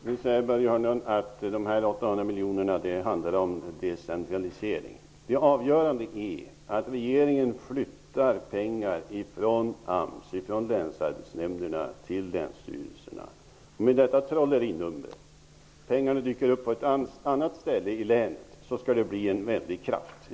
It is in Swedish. Herr talman! Börje Hörnlund säger att de 800 miljonerna handlar om decentralisering. Det avgörande är att regeringen flyttar pengar från AMS och från länsarbetsnämnderna till länsstyrelserna. Detta trollerinummer -- pengarna dyker upp på ett annat ställe i länet -- skall ge en väldig kraft.